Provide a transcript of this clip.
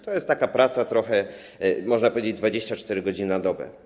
To jest taka praca, można powiedzieć, 24 godziny na dobę.